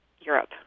Europe